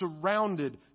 surrounded